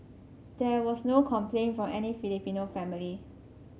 there was no complaint from any Filipino family